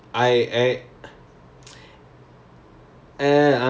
oh like is it the memory work you go more of like understanding